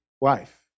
wife